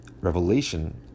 revelation